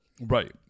Right